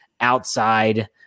outside